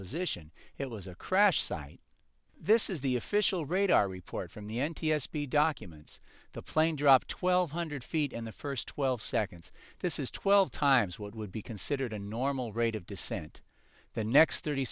position it was a crash site this is the official radar report from the n t s b documents the plane dropped twelve hundred feet in the first twelve seconds this is twelve times what would be considered a normal rate of descent the next thirty